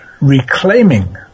reclaiming